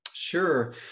sure